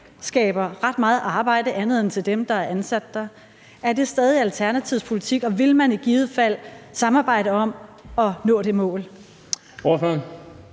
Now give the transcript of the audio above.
skaber ret meget andet arbejde end til dem, der er ansat der. Er det stadig Alternativets politik, og vil man i givet fald samarbejde om at nå det mål?